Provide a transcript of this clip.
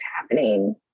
happening